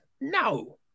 no